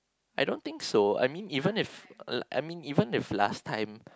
I don't think so I mean even if I I mean even if last time